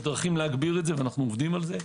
דרכים להגביר את זה ואנו עובדים על זה.